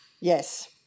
Yes